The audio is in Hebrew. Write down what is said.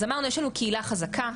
אז אמרנו יש לנו קהילה חזקה,